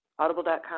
Audible.com